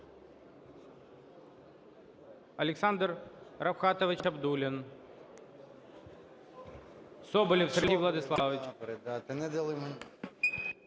Олександр Рафкатович Абдуллін. Соболєв Сергій Владиславович.